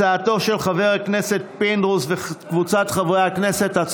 הצעתו של חברת הכנסת פינדרוס וקבוצת חברי הכנסת.